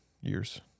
years